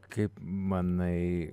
kaip manai